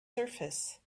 surface